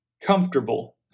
comfortable